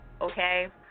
Okay